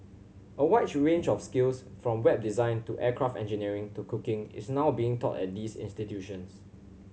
a wide range of skills from Web design to aircraft engineering to cooking is now being taught at these institutions